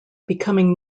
becoming